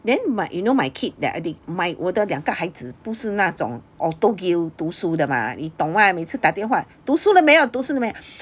then my you know my kid that my 我的两个孩子不是那种 auto gear 读书的吗你懂吗每次打电话读书了没有读书了没有